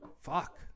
Fuck